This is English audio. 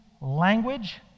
language